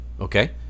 Okay